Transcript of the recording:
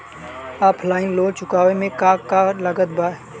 Offline loan चुकावे म का का लागत बा?